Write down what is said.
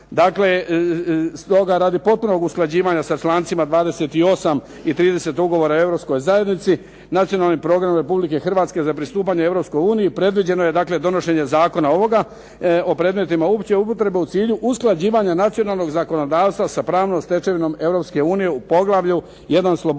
Dakle, stoga radi potpunog usklađivanja sa člancima 28. i 30. ugovora o Europskoj zajednici nacionalni program Republike Hrvatske za pristupanje Europskoj uniji predviđeno je donošenjem zakona ovoga o predmetima opće upotrebe u cilju usklađivanja nacionalnog zakonodavstva sa pravnom stečevinom Europske unije u poglavlju 1. – sloboda